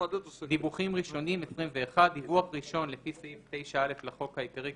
"דיווחים ראשונים 21. דיווח ראשון לפי סעיף 9א לחוק העיקרי,